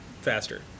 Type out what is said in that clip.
faster